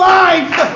life